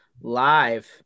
Live